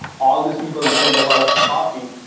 all these people drink a lot of coffee,